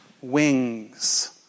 wings